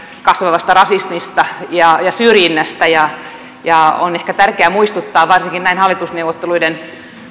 kasvavasta rasismista ja syrjinnästä on ehkä tärkeää muistuttaa varsinkin näin hallitusneuvotteluiden